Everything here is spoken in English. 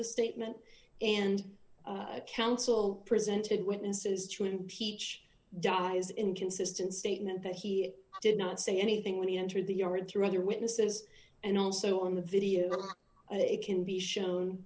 the statement and counsel presented witnesses to impeach di's inconsistent statement that he did not say anything when he entered the yard through other witnesses and also on the video it can be